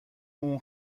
اون